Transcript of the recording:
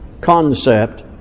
concept